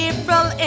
April